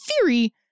theory